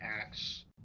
Acts